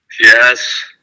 Yes